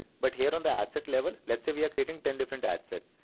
but here on the ad set level let's say we are creating ten different ad sets.